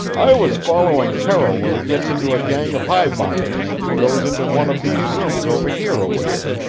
i was following terrill when he gets into a gang of highbinders, and goes into one of these rooms over here a ways.